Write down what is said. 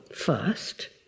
first